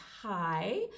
Hi